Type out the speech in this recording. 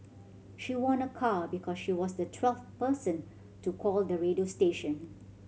she won a car because she was the twelfth person to call the radio station